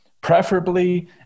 Preferably